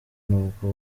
nubwo